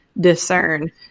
discern